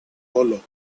hollow